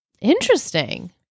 interesting